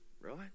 right